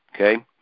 Okay